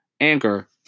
Anchor